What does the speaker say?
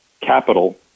capital